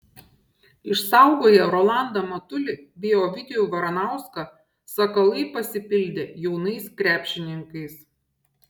išsaugoję rolandą matulį bei ovidijų varanauską sakalai pasipildė jaunais krepšininkais